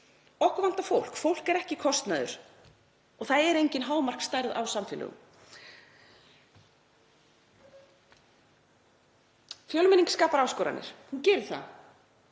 Okkur vantar fólk. Fólk er ekki kostnaður og það er engin hámarksstærð á samfélögum. Fjölmenning skapar áskoranir, hún gerir það,